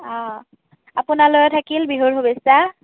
আপোনালৈও থাকিল বিহুৰ শুভেচ্ছা